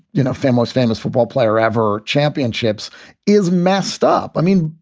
you know, famous, famous football player ever. championships is messed up. i mean,